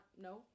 No